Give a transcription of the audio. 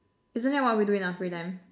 isn't that what we do in our free time